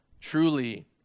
truly